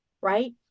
right